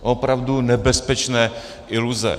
Opravdu nebezpečné iluze.